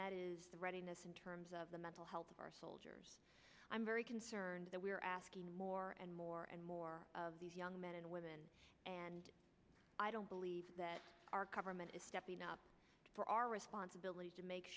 that is the readiness in terms of the mental health of our soldiers i'm very concerned that we're asking more and more and more young men and women and i don't believe that our government is stepping up for our responsibility to make